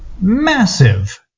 massive